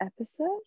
episode